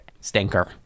stinker